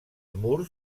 murs